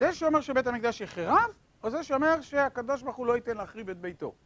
זה שאומר שבית המקדש יחרב, או זה שאומר שהקדוש ברוך הוא לא ייתן להחריב את ביתו.